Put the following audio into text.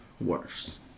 worse